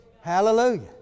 Hallelujah